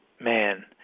man